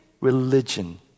religion